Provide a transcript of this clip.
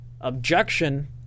objection